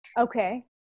okay